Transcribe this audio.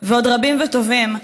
ועוד רבים וטובים,